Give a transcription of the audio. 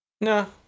No